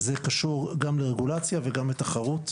וזה קשור גם לרגולציה וגם לתחרות.